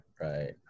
right